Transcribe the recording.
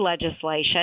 legislation